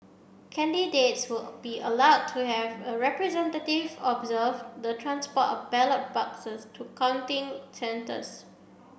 candidates will be allowed to have a representative observe the transport of ballot boxes to counting centres